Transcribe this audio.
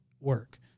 work